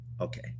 Okay